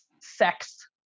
sex